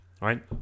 right